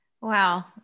Wow